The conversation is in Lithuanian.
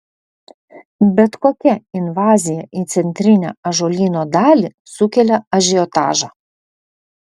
bet kokia invazija į centrinę ąžuolyno dalį sukelia ažiotažą